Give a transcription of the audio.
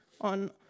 on